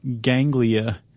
ganglia